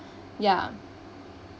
ya